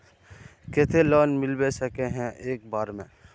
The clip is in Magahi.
केते लोन मिलबे सके है एक बार में?